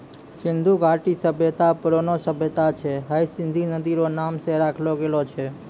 सिन्धु घाटी सभ्यता परौनो सभ्यता छै हय सिन्धु नदी रो नाम से राखलो गेलो छै